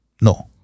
no